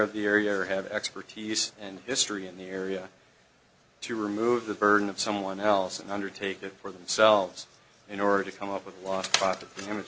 of the area or have the expertise and history in the area to remove the burden of someone else and undertake it for themselves in order to come up with a lot of damage